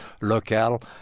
local